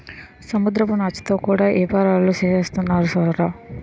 సముద్రపు నాచుతో కూడా యేపారాలు సేసేస్తున్నారు సూడరా